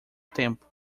tempo